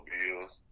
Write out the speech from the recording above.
Bills